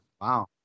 Wow